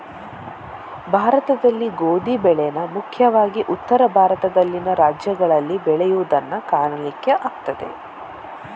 ಭಾರತದಲ್ಲಿ ಗೋಧಿ ಬೆಳೇನ ಮುಖ್ಯವಾಗಿ ಉತ್ತರ ಭಾರತದಲ್ಲಿನ ರಾಜ್ಯಗಳಲ್ಲಿ ಬೆಳೆಯುದನ್ನ ಕಾಣಲಿಕ್ಕೆ ಆಗ್ತದೆ